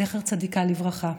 זכר צדיקה לברכה,